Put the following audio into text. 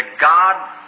God